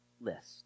list